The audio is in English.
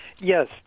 Yes